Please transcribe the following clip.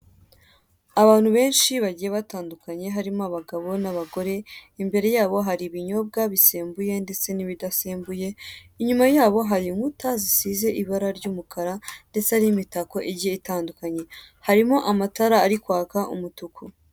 Abantu benshi bagiye batandukanye, harimo abagabo n'abagore, imbere yabo hari ibinyobwa bisembuye ndetse n'ibidasembuye, inyuma yabo hari inkuta zisize ibara ry'umukara, ndeste n'imitako igiye itandukanye. Harimo amatara ari kwaka umutuku.